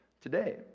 today